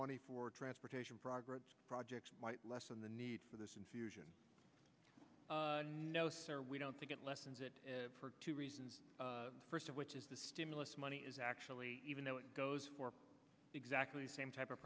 money for transportation progress projects might lessen the need for this infusion or we don't think it lessens it for two reasons first of which is the stimulus money is actually even though it goes for exactly the same type of